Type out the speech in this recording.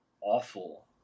awful